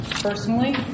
personally